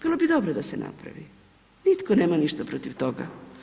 Bilo bi dobro da se napravi, nitko nema ništa protiv toga.